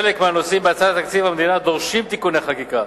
חלק מהנושאים בהצעת תקציב המדינה דורשים תיקוני חקיקה,